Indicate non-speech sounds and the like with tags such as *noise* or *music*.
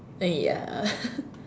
uh ya *laughs*